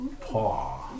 paw